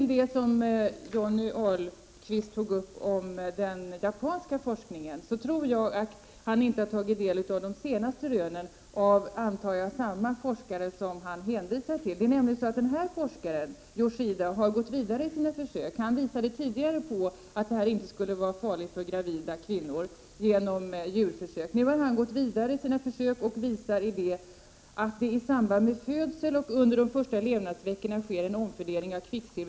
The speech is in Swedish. Johnny Ahlqvist tog upp den japanska forskningen. Jag tror att han inte har tagit del av de senaste rönen av samma forskare — antar jag — som han hänvisar till. Denne forskare, Yoshida, har gått vidare i sina försök. Han har tidigare, genom djurförsök, visat på att amalgam inte skulle vara farligt för gravida kvinnor. Nu han gått vidare och visat att det i samband med födseln och under de första levnadsveckorna sker en omfördelning av kvicksilvret — Prot.